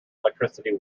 electricity